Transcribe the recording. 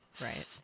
right